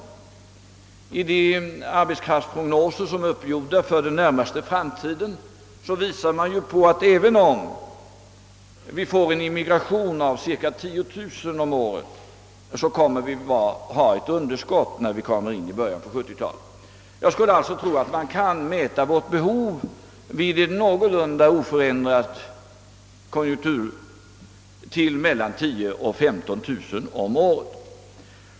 Enligt de arbetskraftsprogonser som är uppgjorda för den närmaste framtiden skulle vi även om vi får en immigration av cirka 10 000 om året, ha ett underskott i början på 1970-talet. Jag skulle alltså tro att man kan mäta vårt behov vid ett någorlunda oförändrat konjunkturläge till mellan 10000 och 15000 om året.